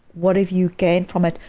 what have you gained from it?